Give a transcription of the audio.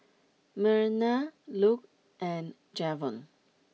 Myrna Luc and Javon